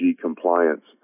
compliance